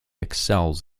excels